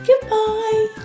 goodbye